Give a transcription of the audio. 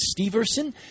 Steverson